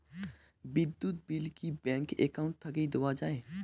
বিদ্যুৎ বিল কি bank account থাকি দেওয়া য়ায়?